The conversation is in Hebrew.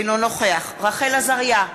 אינו נוכח רחל עזריה,